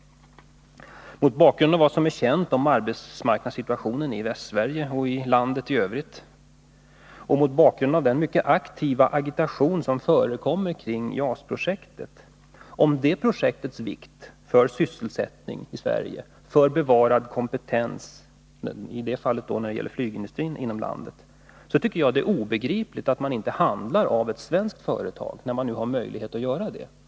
Mot bakgrund av vad som är känt om arbetsmarknadssituationen i Västsverige och i landet i övrigt och mot bakgrund av den mycket aktiva agitation som förekommer om JAS-projektets vikt för sysselsättningen i Sverige och för bevarad kompetens inom landet — i det fallet när det gäller flygindustrin — tycker jag att det är obegripligt att man inte handlat av ett svenskt företag när man nu haft möjlighet att göra det.